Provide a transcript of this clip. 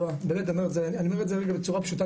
באמת אני אומר את זה גם בצורה פשוטה.